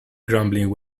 grumbling